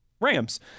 Rams